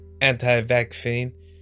anti-vaccine